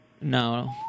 No